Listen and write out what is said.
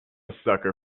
sucker